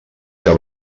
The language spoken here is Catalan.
que